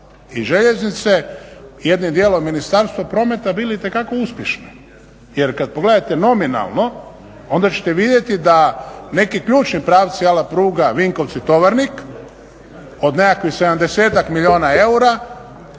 i željeznice, jednim dijelom Ministarstvo prometa bili itekako uspješni. Jer kad pogledate nominalno onda ćete vidjeti da neki ključni pravci a la pruga Vinkovci – Tovarnik od nekakvih sedamdesetak